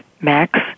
Max